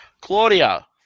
Claudia